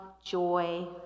joy